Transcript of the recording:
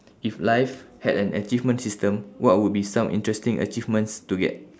if life had an achievement system what would be some interesting achievements to get